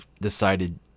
decided